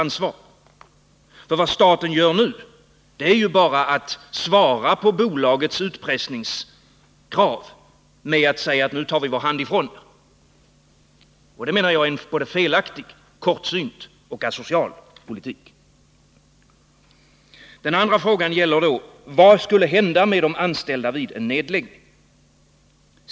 Det staten gör nu är ju — för anställda vid bara att svara på bolagets utpressningskrav med att säga att nu tar vi vår hand — Tretorn AB ifrån er. Det menar jag innebär en politik som är både felaktig, kortsynt och asocial. En annan fråga som man ställer sig är: Vad skulle hända med de anställda vid en nedläggning?